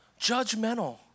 Judgmental